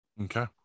Okay